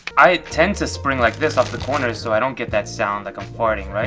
i tend to spring like this off the corners, so i don't get that sound, like a farting,